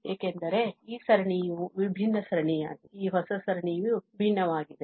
ಏಕೆಂದರೆ ಈ ಸರಣಿಯು ವಿಭಿನ್ನ ಸರಣಿಯಾಗಿದೆ ಈ ಹೊಸ ಸರಣಿಯು ಭಿನ್ನವಾಗಿದೆ